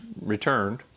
returned